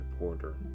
reporter